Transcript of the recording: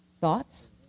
Thoughts